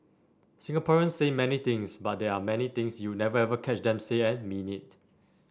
Singaporeans say many things but there are many things you'll never ever catch them say and mean it